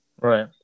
right